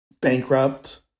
bankrupt